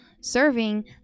serving